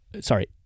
sorry